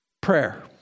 Prayer